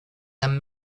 them